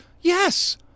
Yes